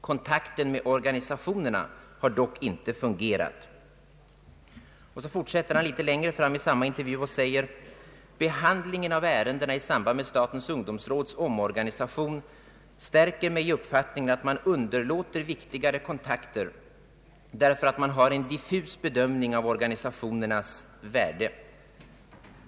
Kontakten med organisationerna har dock inte fungerat.” Litet längre fram i samma intervju säger han: ”Behandlingen av ärendena i samband med statens ungdomsråds omorganisation stärker mig i uppfattningen, att man underlåter viktigare kontakter, därför att man har en diffus bedömning av organisationernas värde.